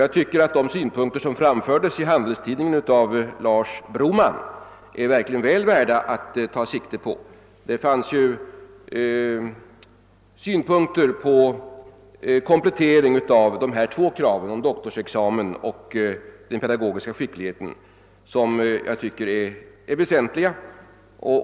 Jag tycker att de synpunkter som framförts i Göteborgs Handelsoch Sjöfarts-Tidning av Lars Broman verkligen är väl värda att beakta. De synpunkter på komplettering av kraven på doktorsexamen och pedagogisk skicklighet som han givit uttryck för är väsentliga.